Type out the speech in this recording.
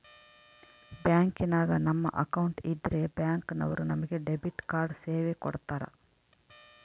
ಬ್ಯಾಂಕಿನಾಗ ನಮ್ಮ ಅಕೌಂಟ್ ಇದ್ರೆ ಬ್ಯಾಂಕ್ ನವರು ನಮಗೆ ಡೆಬಿಟ್ ಕಾರ್ಡ್ ಸೇವೆ ಕೊಡ್ತರ